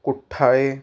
कुट्ठाळे